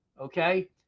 okay